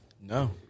No